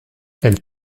elle